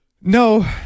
No